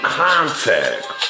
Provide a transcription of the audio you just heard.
contact